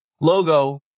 logo